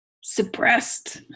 suppressed